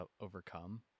overcome